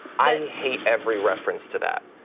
i hate every reference to that.